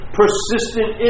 persistent